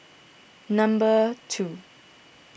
number two